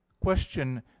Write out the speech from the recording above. Question